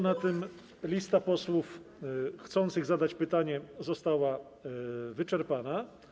Na tym lista posłów chcących zadać pytanie została wyczerpana.